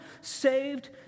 saved